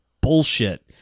bullshit